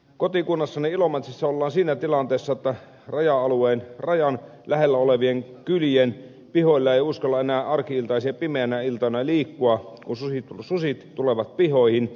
kotikunnassani ilomantsissa ollaan siinä tilanteessa että rajan lähellä olevien kylien pihoilla ei uskalla enää arki iltaisin ja pimeinä iltoina liikkua kun sudet tulevat pihoihin